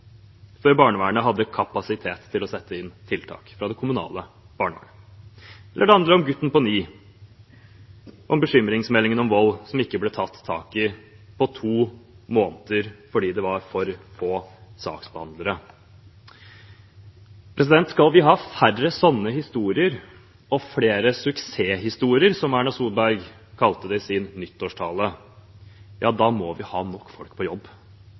før barnevernet hadde kapasitet til å sette inn tiltak fra det kommunale barnevernet. Eller det handler om gutten på ni år og bekymringsmeldingen om vold som ikke ble tatt tak i på to måneder fordi det var for få saksbehandlere. Skal vi ha færre slike historier og flere suksesshistorier, som Erna Solberg kalte det i sin nyttårstale, må vi ha nok folk på jobb.